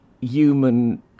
human